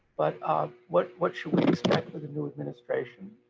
but ah what what should we expect for the new administration?